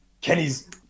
Kenny's